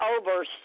over